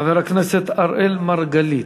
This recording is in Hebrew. חבר הכנסת אראל מרגלית,